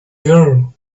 girl